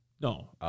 no